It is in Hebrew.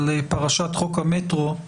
על פרשת חוק המטרו.